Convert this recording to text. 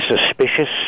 suspicious